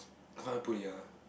why I put here